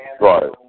Right